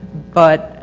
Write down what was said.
but,